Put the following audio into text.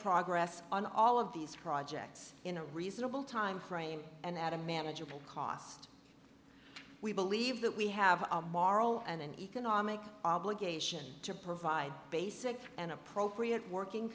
progress on all of these projects in a reasonable time frame and add a manageable cost we believe that we have a moral and economic obligation to provide basic and appropriate working